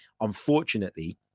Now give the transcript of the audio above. Unfortunately